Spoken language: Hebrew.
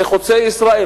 זה "חוצה ישראל".